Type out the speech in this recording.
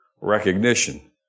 recognition